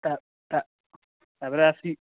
ତା'ପରେ ଆସି